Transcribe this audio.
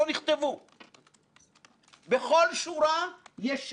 ואומר את זה בצורה מדויקת מאוד,